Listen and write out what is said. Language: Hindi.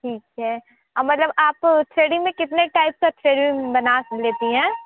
ठीक है मतलब आप थ्रेडिंग में कितने टाइप का थ्रेडिंग बना लेती हैं